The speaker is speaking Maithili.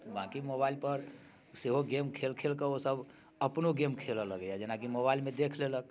बाँकी मोबाइलपर सेहो गेम खेल खेलके ओसभ अपनो गेम खेलय लगैए जेना कि मोबाइलमे देख लेलक